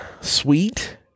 Sweet